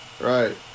Right